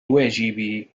واجبي